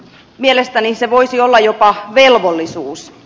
mielestäni se voisi olla jopa velvollisuus